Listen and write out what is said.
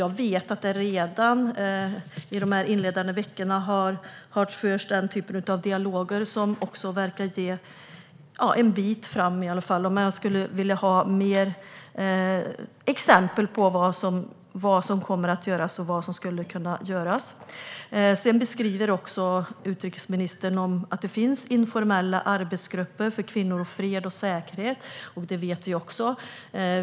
Jag vet att det redan under årets inledande veckor har förts den typen av dialog, som verkar ha kommit en bit framåt, men jag skulle vilja ha fler exempel på vad som kommer att göras och vad som skulle kunna göras. Utrikesministern beskriver att det finns informella arbetsgrupper för kvinnor och fred och säkerhet. Det vet vi också.